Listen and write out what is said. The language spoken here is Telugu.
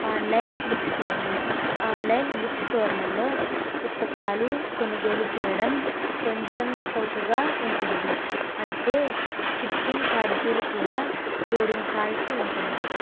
ఆన్లైన్ బుక్ స్టోర్లు ఆన్లైన్ బుక్ స్టోర్లలో పుస్తకాలు కొనుగోలు చేయడం కొంచెం చౌకగా ఉంటుంది అయితే షిప్పింగ్ చార్జీలు కూడా జోడించాల్సి ఉంటుంది